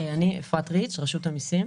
אפרת ריץ, רשות המיסים.